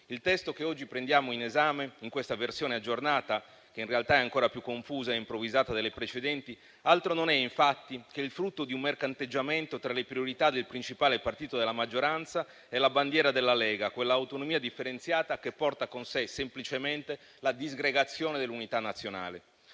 Il testo che oggi prendiamo in esame in questa versione aggiornata, che in realtà è ancora più confusa e improvvisata delle precedenti, altro non è che il frutto di un mercanteggiamento tra le priorità del principale partito della maggioranza e la bandiera della Lega, quell'autonomia differenziata che porta con sé semplicemente la disgregazione dell'unità nazionale: